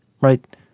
right